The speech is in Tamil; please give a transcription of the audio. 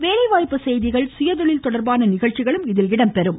வேலைவாய்ப்பு செய்திகள் சுயதொழில் தொடர்பான நிகழ்ச்சிகளும் இதில் இடம்பெறுகின்றன